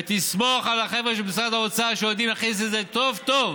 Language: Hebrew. ותסמוך על החבר'ה של משרד האוצר שהם יודעים להכין את זה טוב-טוב,